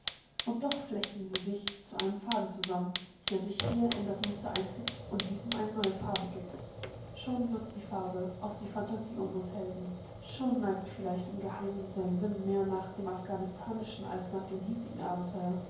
und doch flechten sie sich zu einem faden zusammen der sich hier in das muster einfügt und diesem eine neue farbe gibt schon wirkt die farbe auf die phantasie unseres helden schon neigt vielleicht im geheimen sein sinn mehr nach dem afghanistanischen als nach dem hiesigen abenteuer